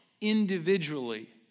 individually